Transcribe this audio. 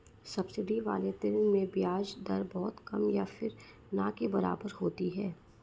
subsidy वाले ऋण में ब्याज दर बहुत कम या फिर ना के बराबर होती है